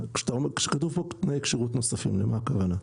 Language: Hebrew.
כשכתוב פה "תנאי כשירות נוספים", למה הכוונה?